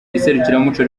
iserukiramuco